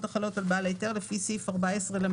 החלות על בעל היתר לפי סעיף 14לג;